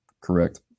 Correct